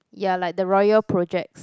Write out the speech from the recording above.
ya like the royal projects